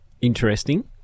Interesting